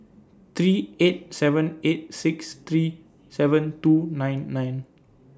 three eight seven eight six three seven two nine nine